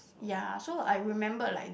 ya so I remembered like